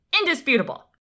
indisputable